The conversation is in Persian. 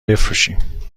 بفروشیم